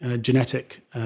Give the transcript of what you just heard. genetic